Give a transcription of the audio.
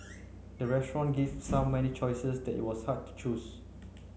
the restaurant gave so many choices that it was hard to choose